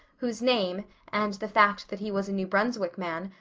whose name, and the fact that he was a new brunswick man,